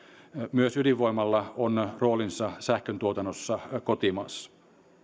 myös ydinvoimalla on roolinsa sähköntuotannossa kotimaassa